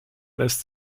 lässt